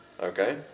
Okay